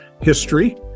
history